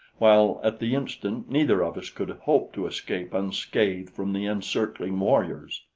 while at the instant neither of us could hope to escape unscathed from the encircling warriors.